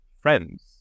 friends